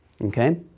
Okay